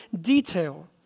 detail